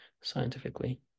scientifically